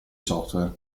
software